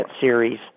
series